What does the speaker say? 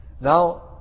Now